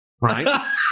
right